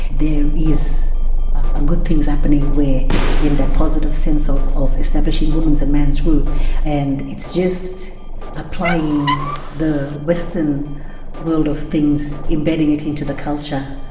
there is ah good things happening where in that positive sense of of establishing woman's and man's groups and it's just applying the western world of things, embedding it into the culture,